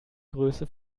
größe